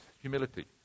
humility